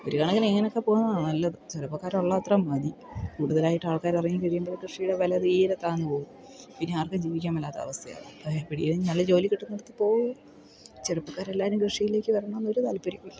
ഒരു കണക്കിന് ഇങ്ങനെയൊക്കെ പോകുന്നതാണ് നല്ലത് ചെറുപ്പക്കാർ ഉള്ള അത്രയും മതി കൂടുതലായിട്ട് ആൾക്കാരിറങ്ങി കഴിയുമ്പോൾ കൃഷിയുടെ വില തീരെ താഴ്ന്ന് പോവും പിന്നെ ആർക്കും ജീവിക്കാൻ മേലാത്ത അവസ്ഥയാവും അപ്പം എപ്പോഴെങ്കിലും നല്ല ജോലി കിട്ടുന്നയിടത്ത് പോവും ചെറുപ്പക്കാരെല്ലാവരും കൃഷിയിലേക്ക് വരണം എന്ന് ഒരു താല്പര്യവും ഇല്ല